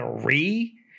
three